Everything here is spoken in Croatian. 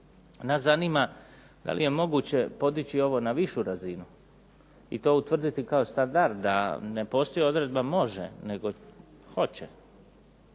Nas zanima da li je moguće podići ovo na višu razinu i to utvrditi kao standard a ne postoji odredba može nego hoće.